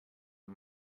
are